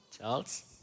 Charles